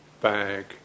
bag